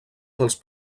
dels